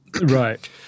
Right